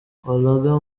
olga